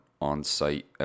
on-site